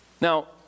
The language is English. Now